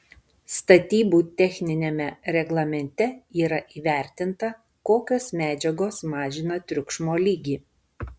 statybų techniniame reglamente yra įvertinta kokios medžiagos mažina triukšmo lygį